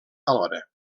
alhora